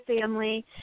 family